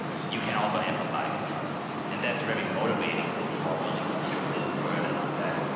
you can also empathize with others. and that's very motivating when you are willing to shoulder the burden of that.